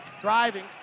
Driving